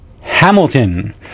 Hamilton